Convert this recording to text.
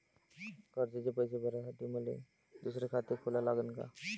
कर्जाचे पैसे भरासाठी मले दुसरे खाते खोला लागन का?